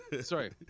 Sorry